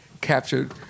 captured